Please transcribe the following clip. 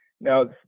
Now